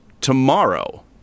tomorrow